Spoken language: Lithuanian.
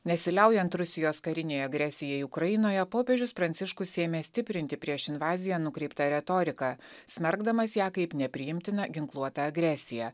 nesiliaujant rusijos karinei agresijai ukrainoje popiežius pranciškus ėmė stiprinti prieš invaziją nukreiptą retoriką smerkdamas ją kaip nepriimtiną ginkluotą agresiją